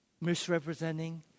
misrepresenting